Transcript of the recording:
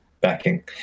backing